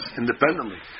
independently